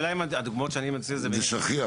אבל השאלה אם הדוגמאות שאני מציע --- אם זה שכיח.